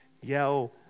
yell